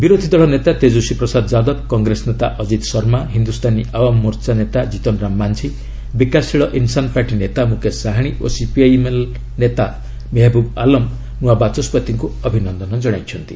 ବିରୋଧୀ ଦଳ ନେତା ତେଜସ୍ୱୀ ପ୍ରସାଦ ଯାଦବ କଂଗ୍ରେସ ନେତା ଅଜିତ ଶର୍ମା ହିନ୍ଦୁସ୍ତାନୀ ଆୱାମ୍ ମୋର୍ଚ୍ଚା ନେତା କିତନ୍ ରାମ ମାଝୀ ବିକାଶଶୀଳ ଇନ୍ସାନ୍ ପାର୍ଟି ନେତା ମୁକେଶ ସାହାଣୀ ଓ ସିପିଆଇଏମ୍ଏଲ୍ ନେତା ମେହେବୁବ୍ ଆଲମ ନୂଆ ବାଚସ୍କତିଙ୍କୁ ଅଭିନନ୍ଦନ ଜଣାଇଛନ୍ତି